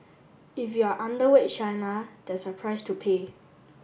if you are underweight China there's a price to pay